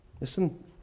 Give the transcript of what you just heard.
Listen